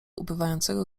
ubywającego